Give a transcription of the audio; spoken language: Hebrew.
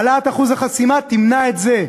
העלאת אחוז החסימה תמנע את זה.